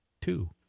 two